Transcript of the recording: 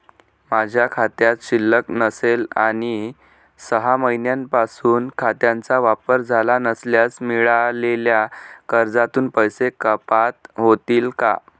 माझ्या खात्यात शिल्लक नसेल आणि सहा महिन्यांपासून खात्याचा वापर झाला नसल्यास मिळालेल्या कर्जातून पैसे कपात होतील का?